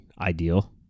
ideal